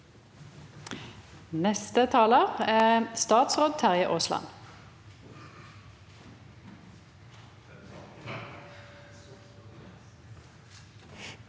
Første taler er statsråd Terje Aasland.